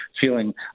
feeling